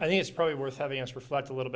think it's probably worth having us reflect a little